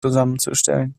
zusammenzustellen